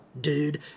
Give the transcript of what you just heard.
dude